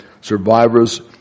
survivors